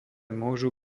môžu